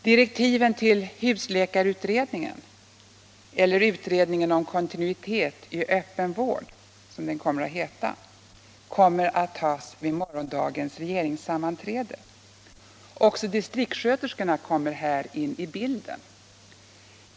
Direktiven till husläkarutredningen eller utredningen om kontinuitet i öppen vård, som den kommer att heta, kommer att tas vid morgondagens regeringssammanträde. Också distriktssköterskorna kommer här in i bilden.